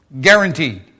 Guaranteed